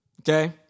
Okay